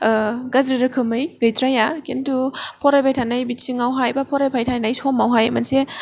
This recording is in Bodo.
गाज्रि रोखोमै गैद्राया खिनथु फरायबाय थानाय बिथिङावहाय बा फरायबाय थानाय समावहाय मोनसे